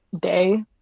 day